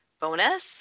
bonus